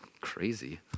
crazy